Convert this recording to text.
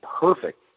perfect